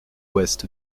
ouest